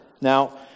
Now